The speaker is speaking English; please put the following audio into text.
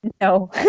No